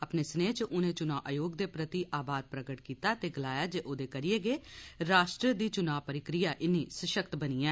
अपने स्नेह च उनें चुनां आयोग दे प्रति आभार प्रगट कीता ते गलाया जे उन्दे करियै गे राष्ट्र दी चुनाऽ प्रक्रिया इन्नी सशक्त बनी ऐ